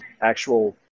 actual